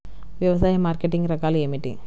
వ్యవసాయ మార్కెటింగ్ రకాలు ఏమిటి?